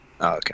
Okay